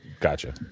Gotcha